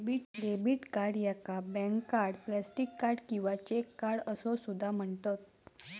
debit card याका bank card, plastic card किंवा cheque card असो सुद्धा म्हणतत